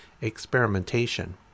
experimentation